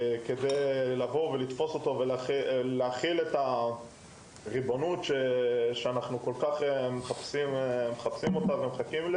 זאת על מנת להחיל את הריבונות שלנו שם וכדי לתפוס אותו.